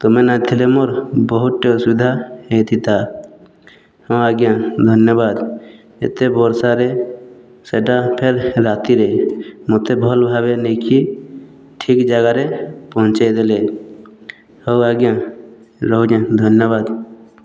ତମେ ନଥିଲେ ମୋର୍ ବହୁତଟି ଅସୁବିଧା ହେଇଥିଥା ହଁ ଆଜ୍ଞା ଧନ୍ୟବାଦ୍ ଏତେ ବର୍ଷାରେ ସେଇଟା ଫେର୍ ରାତିରେ ମୋତେ ଭଲ୍ ଭାବେ ନେଇକି ଠିକ୍ ଜାଗାରେ ପହଞ୍ଚାଇ ଦେଲେ ହଉ ଆଜ୍ଞା ରହୁଛେଁ ଧନ୍ୟବାଦ୍